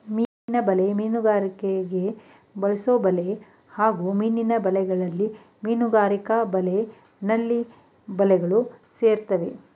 ಮೀನಿನ ಬಲೆ ಮೀನುಗಾರಿಕೆಗೆ ಬಳಸೊಬಲೆ ಹಾಗೂ ಮೀನಿನ ಬಲೆಗಳಲ್ಲಿ ಮೀನುಗಾರಿಕಾ ಬಲೆ ನಳ್ಳಿ ಬಲೆಗಳು ಸೇರ್ತವೆ